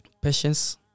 patience